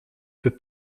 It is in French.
peut